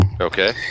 Okay